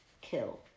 kill